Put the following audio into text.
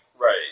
Right